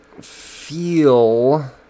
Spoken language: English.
feel